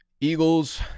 Eagles –